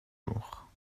jours